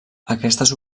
aquestes